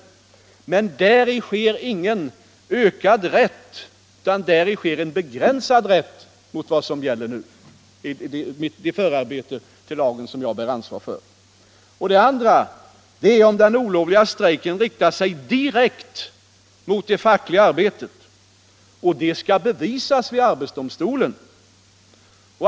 Genom det förarbete till lagen, som jag bär ansvar för, ökas inte den rätten, utan den begränsas i jämförelse med vad som gäller nu. Det andra fallet är om den olovliga strejken riktar sig direkt mot det fackliga arbetet. Det skall då bevisas vid arbetsdomstolen.